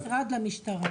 בין המשרד למשטרה.